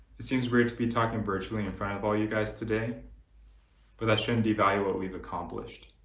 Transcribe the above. it seems weird to be talking virtually in front of ah you guys today but that shouldn't devalue what we've accomplished.